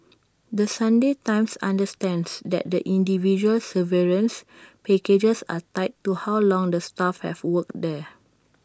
the Sunday times understands that the individual severance packages are tied to how long the staff have worked there